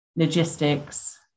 logistics